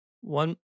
one